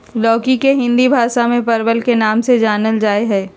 लौकी के हिंदी भाषा में परवल के नाम से जानल जाय हइ